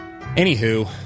Anywho